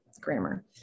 grammar